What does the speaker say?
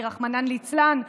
כי רחמנא ליצלן,